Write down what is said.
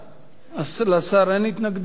לשר אין התנגדות לעניין.